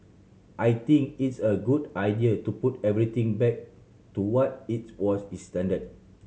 I think it's a good idea to put everything back to what it's was